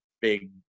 big